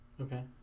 Okay